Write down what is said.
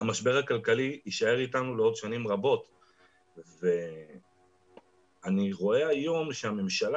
המשבר הכלכלי יישאר איתנו לעוד שנים רבות ואני רואה היום שהממשלה